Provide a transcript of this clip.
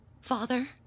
Father